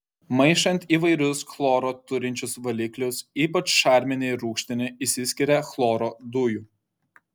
maišant įvairius chloro turinčius valiklius ypač šarminį ir rūgštinį išsiskiria chloro dujų